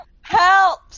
help